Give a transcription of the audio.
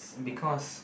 because